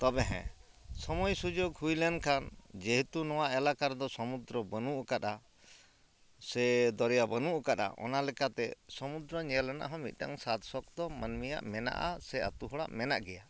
ᱛᱚᱵᱮ ᱦᱮᱸ ᱥᱚᱢᱚᱭᱥᱩᱡᱳᱜᱽ ᱦᱩᱭ ᱞᱮᱱᱠᱷᱟᱱ ᱡᱮᱦᱮᱛᱩ ᱱᱚᱣᱟ ᱮᱞᱟᱠᱟ ᱨᱮᱫᱚ ᱥᱩᱢᱩᱫᱨᱚ ᱵᱟᱹᱱᱩᱜ ᱟᱠᱟᱫᱟ ᱥᱮ ᱫᱚᱨᱭᱟ ᱵᱟᱹᱱᱩᱜ ᱟᱠᱟᱫᱟ ᱚᱱᱟ ᱞᱮᱠᱟᱛᱮ ᱥᱩᱢᱩᱫᱨᱚ ᱧᱮᱞ ᱨᱮᱱᱟᱜ ᱦᱚᱸ ᱢᱤᱫᱴᱟᱱ ᱥᱟᱫᱽ ᱥᱚᱠ ᱫᱚ ᱢᱟᱹᱱᱢᱤᱭᱟᱜ ᱢᱮᱱᱟᱜᱼᱟ ᱥᱮ ᱟᱹᱛᱩ ᱦᱚᱲᱟᱜ ᱢᱮᱱᱟᱜ ᱜᱮᱭᱟ